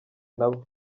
nabo